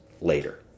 later